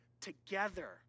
together